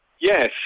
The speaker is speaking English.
Yes